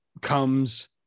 comes